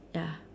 ya